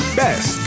best